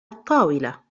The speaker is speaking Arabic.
الطاولة